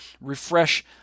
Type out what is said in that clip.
refresh